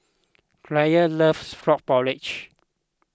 Clair loves Frog Porridge